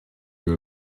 you